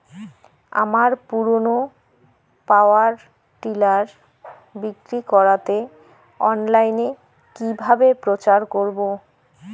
আমার পুরনো power tiller বিক্রি করাতে অনলাইনে কিভাবে প্রচার করব?